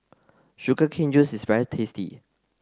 sugar cane juice is very tasty